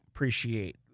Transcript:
Appreciate